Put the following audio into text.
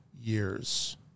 years